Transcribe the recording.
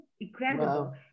incredible